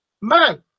man